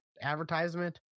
advertisement